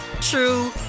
true